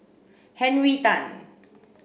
Henry Tan